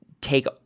take